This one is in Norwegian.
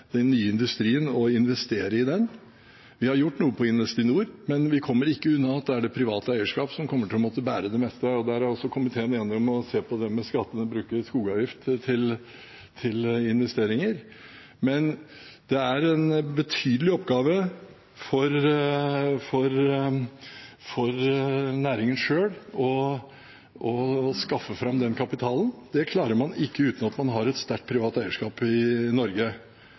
industrien og investere i den. Vi har gjort noe for Investinor, men vi kommer ikke unna at det er det private eierskap som kommer til å måtte bære det meste. Der er også komiteen enig om å se på skattene og å bruke skogavgift til investeringer. Men det er en betydelig oppgave for næringen selv å skaffe fram den kapitalen. Det klarer man ikke uten at man har et sterkt privat eierskap i Norge.